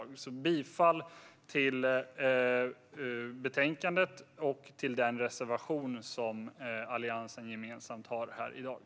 Jag vill yrka bifall till förslaget i betänkandet och till Alliansens gemensamma reservation.